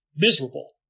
miserable